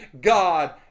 God